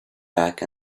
back